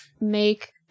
make